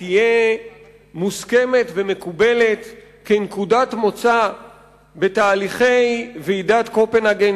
תהיה מוסכמת ומקובלת כנקודת מוצא בתהליכי ועידת קופנהגן,